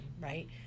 right